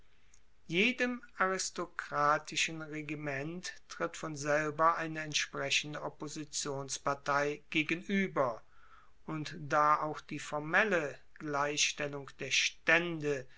jedem aristokratischen regiment tritt von selber eine entsprechende oppositionspartei gegenueber und da auch die formelle gleichstellung der staende